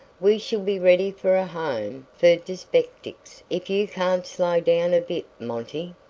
we shall be ready for a home for dyspeptics if you can't slow down a bit, monty.